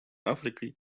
африкой